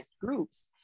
groups